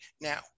Now